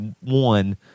one